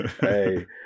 Hey